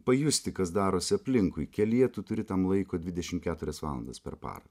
pajusti kas darosi aplinkui kelyje tu turi tam laiko dvidešimt keturias valandas per parą